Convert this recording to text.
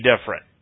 different